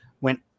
went